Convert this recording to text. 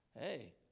Hey